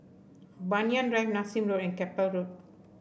Banyan Drive Nassim Road and Keppel Road